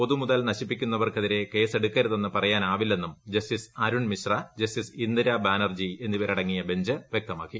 പൊതുമുതൽ നശിപ്പിക്കുന്നവർക്കെതിരെ കേസെടുക്കരുതെന്ന് പറയാനാവില്ലെന്നും ജസ്റ്റിസ് അരുൺ മിശ്ര ജസ്റ്റിസ് ഇന്ദിരാ ബാനർജി എന്നിവരടങ്ങിയ ബെഞ്ച് വ്യക്തമാക്കി